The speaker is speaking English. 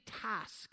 task